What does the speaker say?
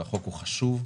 והחוק הוא חשוב.